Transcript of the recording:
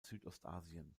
südostasien